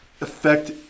affect